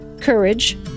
Courage